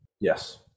Yes